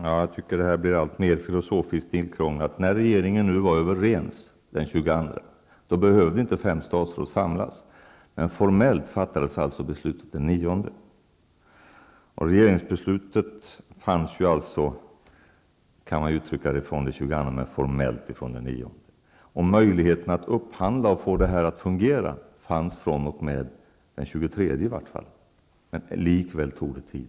Herr talman! Det här blir alltmer filosofiskt tillkrånglat. Regeringen var överens den 22 december, och fem statsråd behövde inte samlas. Formellt fattades beslutet den 9 januari. Man kan uttrycka det så att regeringsbeslutet fanns redan den 22 december, men formellt den 9 januari. Möjligheterna att upphandla och att få allt att fungera fanns i alla fall från den 23 december. Men likväl tog det tid.